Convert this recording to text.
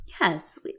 Yes